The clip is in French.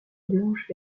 blanches